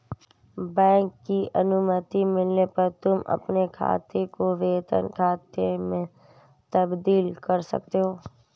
bank की अनुमति मिलने पर तुम अपने खाते को वेतन खाते में तब्दील कर सकते हो